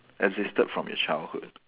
existed from your childhood